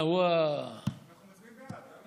אנחנו מצביעים בעד.